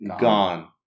gone